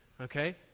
Okay